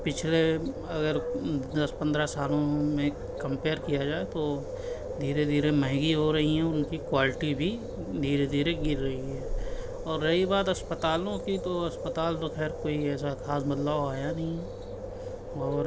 پچھلے اگر دس پندرہ سالوں میں کمپیئر کیا جائے تو دھیرے دھیرے مہنگی ہو رہی ہیں اور ان کی کوالیٹی بھی دھیرے دھیرے گر رہی ہے اور رہی بات اسپتالوں کی تو اسپتال تو خیر کوئی ایسا خاص بدلاؤ آیا نہیں ہے اور